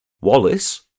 Wallace